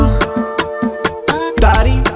Daddy